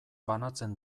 banatzen